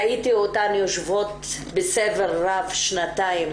ראיתי אותן יושבות בסבל רב שנתיים,